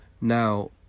now